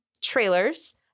trailers